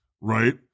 Right